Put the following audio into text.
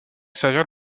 servir